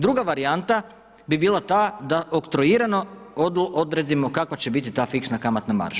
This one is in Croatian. Druga varijanta bi bila ta da oktroirano odredimo kakva će biti ta fiksna kamatna marža.